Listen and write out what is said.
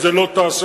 את זה לא תעשה,